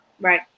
right